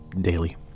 daily